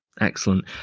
excellent